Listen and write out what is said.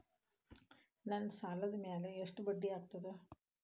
ನನ್ನ ಸಾಲದ್ ಮ್ಯಾಲೆ ಎಷ್ಟ ಬಡ್ಡಿ ಆಗ್ತದ?